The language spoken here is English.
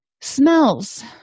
Smells